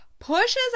Pushes